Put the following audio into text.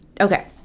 Okay